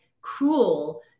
cruel